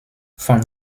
von